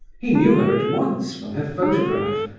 he knew her at once from her photograph.